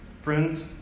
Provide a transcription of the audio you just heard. Friends